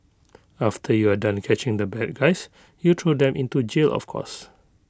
after you are done catching the bad guys you throw them into jail of course